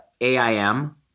AIM